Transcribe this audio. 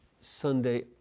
Sunday